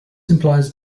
implies